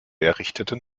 errichteten